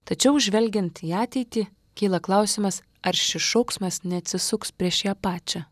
tačiau žvelgiant į ateitį kyla klausimas ar šis šauksmas neatsisuks prieš ją pačią